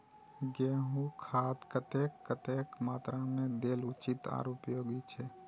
गेंहू में खाद कतेक कतेक मात्रा में देल उचित आर उपयोगी छै?